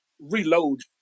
reload